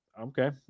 Okay